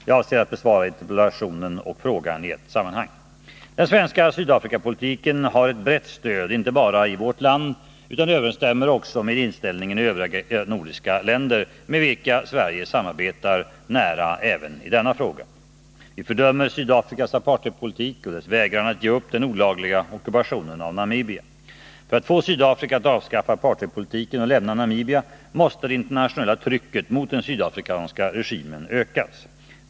Jag avser besvara interpellationen och frågan i ett sammanhang. Den svenska Sydafrikapolitiken har ett brett stöd inte bara i vårt land, utan den överensstämmer också med inställningen i övriga nordiska länder, med vilka Sverige samarbetar nära även i denna fråga. Vi fördömer Sydafrikas apartheidpolitik och Sydafrikas vägran att ge upp den olagliga ockupationen av Namibia. För att få Sydafrika att avskaffa apartheidpolitiken och lämna Namibia måste det internationella trycket mot den sydafrikanska regimen ökas.